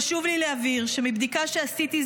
חשוב לי להבהיר שמבדיקה שעשיתי,